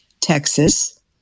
Texas